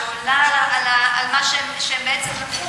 שעונה על מה שהם בעצם לקחו,